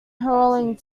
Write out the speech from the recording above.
hurling